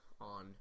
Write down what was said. on